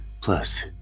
Plus